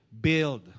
build